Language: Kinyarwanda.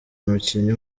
umukinnyi